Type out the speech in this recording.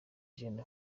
jeune